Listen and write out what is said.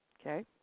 okay